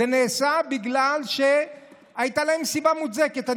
זה נעשה בגלל שהייתה להם סיבה מוצדקת.